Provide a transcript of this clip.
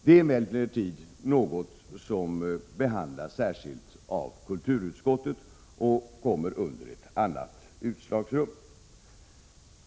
Detta är emellertid något som behandlas särskilt av kulturutskottet och gäller ett annat anslagsrum.